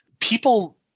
People